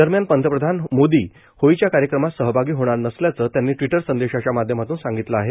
दरम्यान पंतप्रधान मोदी होळीच्या कार्यक्रमात सहभागी होणार नसल्याचं त्यांनी ट्विटर संदेशाच्या माध्यमातून सांगितलं आहे